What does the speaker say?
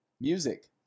Music